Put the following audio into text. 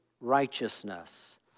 righteousness